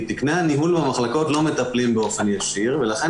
כי תקני הניהול במחלקות לא מטפלים באופן ישיר ולכן